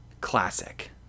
Classic